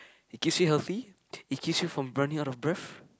it keeps you healthy it keeps you from running out of breath